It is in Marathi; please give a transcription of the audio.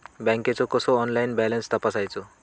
बँकेचो कसो ऑनलाइन बॅलन्स तपासायचो?